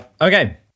Okay